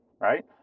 right